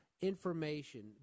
information